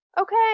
okay